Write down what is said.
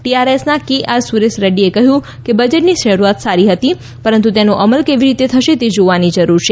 ટીઆરએસના K R Suresh રેડ્ડીએ કહ્યું કે બજેટની રજૂઆત સારી છે પરંતુ તેનો અમલ કેવી રીતે થશે તે જોવાની જરૂર છે